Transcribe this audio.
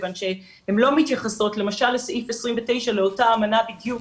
כיוון שהן לא מתייחסות למשל לסעיף 29 לאותה אמנה בדיוק,